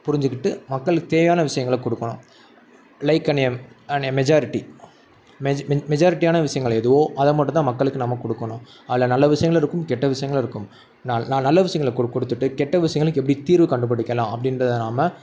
புரிஞ்சுக்கிட்டு மக்களுக்கு தேவையான விஷயங்கள கொடுக்கணும் like in a on a majority மெ மெஜ் மெஜாரிட்டியான விஷயங்கள் எதுவோ அதை மட்டும்தான் மக்களுக்கு நாம் கொடுக்கணும் அதில் நல்ல விஷயங்களும் இருக்கும் கெட்ட விஷயங்களும் இருக்கும் நான் நான் நல்ல விஷயங்கள கு கொடுத்துட்டு கெட்ட விஷயங்களுக்கு எப்படி தீர்வு கண்டுப்பிடிக்கலாம் அப்படின்றத நாம்